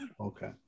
Okay